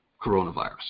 coronavirus